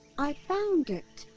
i found it.